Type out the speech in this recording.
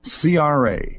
CRA